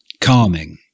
Calming